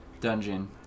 Dungeon